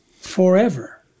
forever